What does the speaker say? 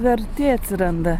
vertė atsiranda